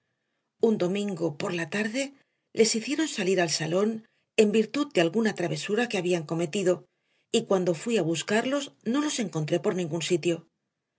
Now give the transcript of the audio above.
un domingo por la tarde les hicieron salir al salón en virtud de alguna travesura que habían cometido y cuando fui a buscarlos no los encontré por ningún sitio